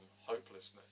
hopelessness